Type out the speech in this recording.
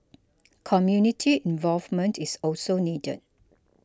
community involvement is also needed